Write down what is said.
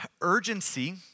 Urgency